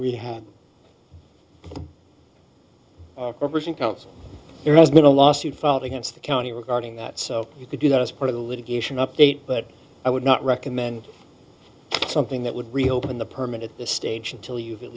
have there has been a lawsuit filed against the county regarding that so you could do that as part of the litigation update but i would not recommend something that would reopen the permit at this stage until you've at